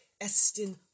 estin